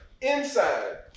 Inside